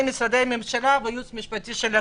משרדי הממשלה והייעוץ המשפטי של הכנסת,